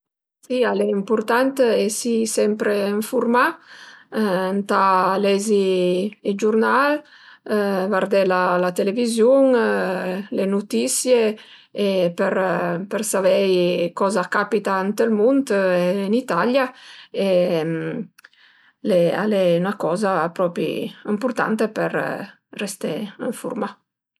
Si al e ëmpurtant esi sempre ënfurmà. Ëntà lezi i giurnal, vardé la televiziun, le nutisie për savei coza a capita ënt ël mund e ën Italia e al e üna coza propi ëmpurtanta per rësté ënfurmà